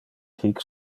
hic